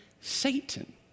Satan